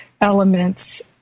elements